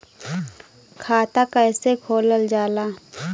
खाता कैसे खोलल जाला?